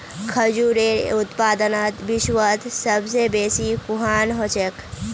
खजूरेर उत्पादन विश्वत सबस बेसी कुहाँ ह छेक